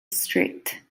strict